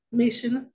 mission